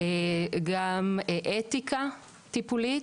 גם אתיקה טיפולית.